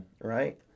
right